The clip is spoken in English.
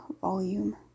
volume